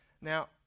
Now